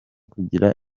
kugira